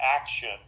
action